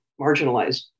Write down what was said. marginalized